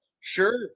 Sure